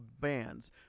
bands